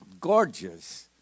Gorgeous